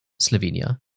Slovenia